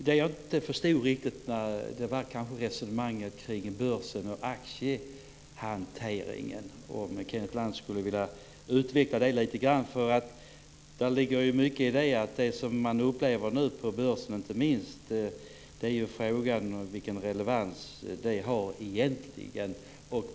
Det jag inte riktigt förstod var resonemanget kring börsen och aktiehanteringen, och Kenneth Lantz kanske skulle vilja utveckla det lite grann. Det ligger mycket i att det inte minst är fråga om vilken relevans det som nu händer på börsen egentligen har.